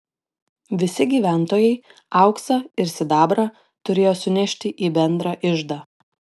visi gyventojai auksą ir sidabrą turėjo sunešti į bendrą iždą